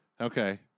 Okay